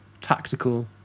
tactical